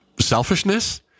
selfishness